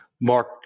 Mark